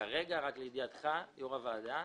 כרגע, רק לידיעתך, יושב-ראש הוועדה,